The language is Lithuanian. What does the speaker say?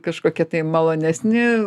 kažkokie tai malonesni